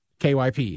KYP